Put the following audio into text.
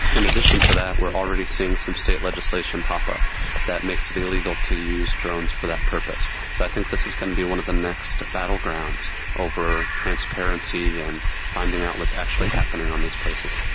in addition to that we are already seeing some state legislation pop up that makes it illegal to use drones for that purpose. so i think this is going to be one of the next battlegrounds over transparency and finding out what is actually happening in these places.